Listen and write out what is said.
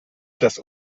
das